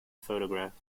photographed